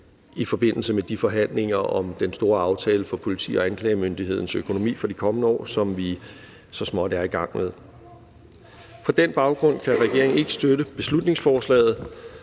i forbindelse med de forhandlinger om den store aftale for politiet og anklagemyndighedens økonomi for de kommende år, som vi så småt er i gang med. På den baggrund kan regeringen ikke støtte beslutningsforslaget.